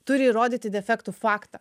turi įrodyti defektų faktą